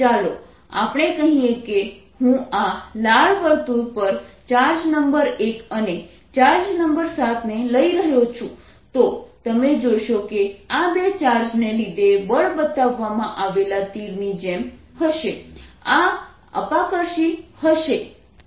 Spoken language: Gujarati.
ચાલો આપણે કહીએ કે હું આ લાલ વર્તુળ પર ચાર્જ નંબર 1 અને ચાર્જ નંબર 7 ને લઇ રહ્યો છું તો તમે જોશો કે આ બે ચાર્જને લીધે બળ બતાવવામાં આવેલા તીરની જેમ જ હશે આ અપાકર્ષી હશે